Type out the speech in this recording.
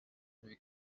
lui